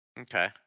Okay